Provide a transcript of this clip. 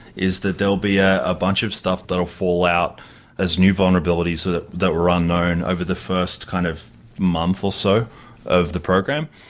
is that there'll be a bunch of stuff that'll fall out as new vulnerabilities that that were unknown over the first kind of month or so of the program.